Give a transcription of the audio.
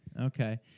Okay